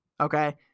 okay